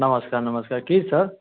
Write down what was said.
नमस्कार नमस्कार की सर